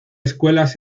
escuelas